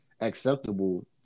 acceptable